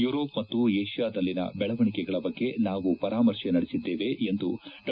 Europe ಮತ್ತು ಏಷ್ನಾದಲ್ಲಿನ ಬೆಳವಣಿಗೆಗಳ ಬಗ್ಗೆ ನಾವು ಪರಾಮರ್ಶೆ ನಡೆಸಿದ್ಲೇವೆಂದು ಡಾ